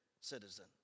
citizen